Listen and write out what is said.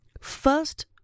First